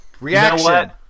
Reaction